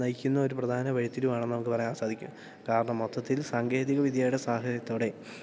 നയിക്കുന്ന ഒരു പ്രധാന വഴിതിരിവാണെന്ന് നമുക്ക് പറയാൻ സാധിക്കും കാരണം മൊത്തത്തിൽ സാങ്കേതികവിദ്യയുടെ സാഹചര്യത്തോടെ